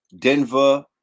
Denver